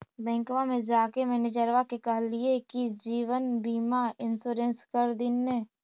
बैंकवा मे जाके मैनेजरवा के कहलिऐ कि जिवनबिमा इंश्योरेंस कर दिन ने?